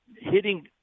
hitting